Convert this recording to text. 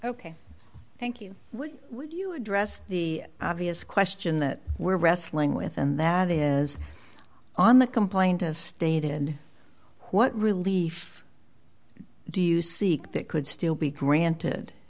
ok thank you what would you address the obvious question that we're wrestling with and that is on the complaint as stated in what relief do you seek that could still be granted